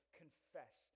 confess